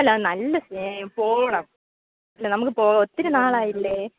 ആ നല്ല സി പോകണം പിന്നെ നമുക്ക് പോകാം ഒത്തിരി നാളായില്ലേ